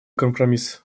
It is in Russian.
компромисс